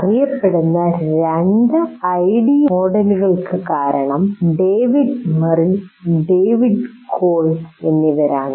അറിയപ്പെടുന്ന രണ്ട് ഐഡി മോഡലുകൾക്ക് കാരണം ഡേവിഡ് മെറിൽ ഡേവിഡ് കോൾബ് എന്നിവരാണ്